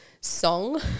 song